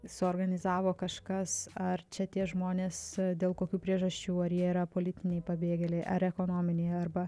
suorganizavo kažkas ar čia tie žmonės dėl kokių priežasčių ar jie yra politiniai pabėgėliai ar ekonominiai arba